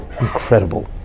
incredible